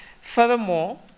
Furthermore